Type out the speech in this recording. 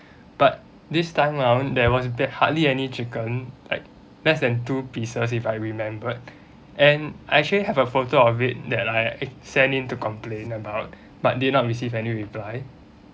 but this time around there was bit hardly any chicken like less than two pieces if I remembered and actually have a photo of it that I send in to complain about but did not receive any reply